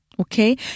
okay